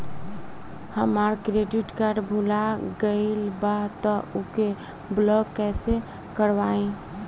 हमार credit card भुला गएल बा त ओके ब्लॉक कइसे करवाई?